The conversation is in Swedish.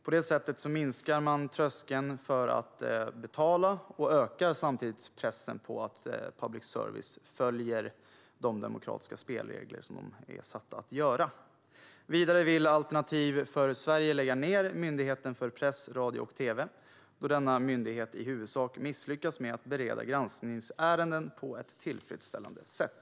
På det sättet minskar man tröskeln för att betala och ökar samtidigt pressen på att public service följer de demokratiska spelregler som public service är satt att göra. Vidare vill Alternativ för Sverige lägga ned Myndigheten för press, radio och tv, då denna myndighet i huvudsak misslyckas med att bereda granskningsärenden på ett tillfredsställande sätt.